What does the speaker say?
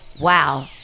wow